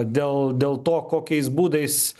dėl dėl to kokiais būdais